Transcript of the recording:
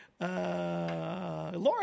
Laura